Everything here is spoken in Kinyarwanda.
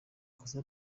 kosa